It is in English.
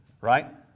Right